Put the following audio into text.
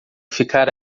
ficar